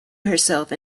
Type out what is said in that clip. herself